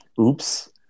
Oops